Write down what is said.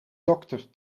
dokter